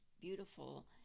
beautiful